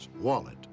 wallet